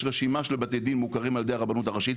יש רשימה של בתי דין מוכרים על ידי הרבנות הראשית.